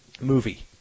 movie